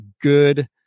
good